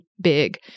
big